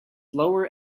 lower